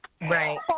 Right